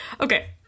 Okay